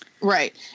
Right